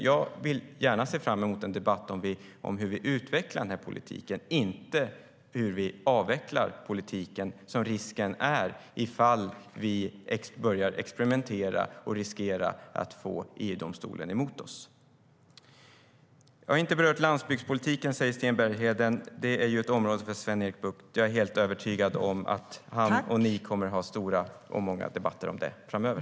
Jag ser fram emot en debatt om hur vi utvecklar den här politiken - inte om hur vi avvecklar den, vilket det finns risk för ifall vi börjar experimentera och får EU-domstolen emot oss. Jag har inte berört landsbygdspolitiken, säger Sten Bergheden. Det är ett område för Sven-Erik Bucht. Jag är helt övertygad om att ni kommer att ha många stora debatter om det framöver.